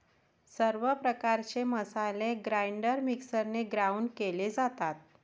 सर्व प्रकारचे मसाले ग्राइंडर मिक्सरने ग्राउंड केले जातात